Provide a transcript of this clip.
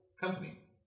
company